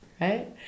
right